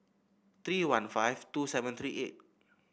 three one five two seven three eight